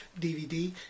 DVD